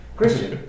Christian